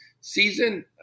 season